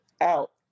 out